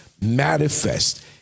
manifest